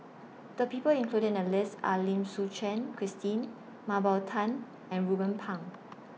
The People included in The list Are Lim Suchen Christine Mah Bow Tan and Ruben Pang